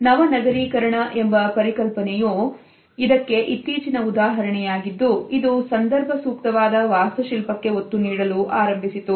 ನವ ನಗರೀಕರಣ ಎಂಬ ಪರಿಕಲ್ಪನೆಯು ಇದಕ್ಕೆ ಇತ್ತೀಚಿನ ಉದಾಹರಣೆಯಾಗಿದ್ದು ಇದು ಸಂದರ್ಭ ಸೂಕ್ತವಾದ ವಾಸ್ತುಶಿಲ್ಪಕ್ಕೆ ಒತ್ತು ನೀಡಲು ಆರಂಭಿಸಿತು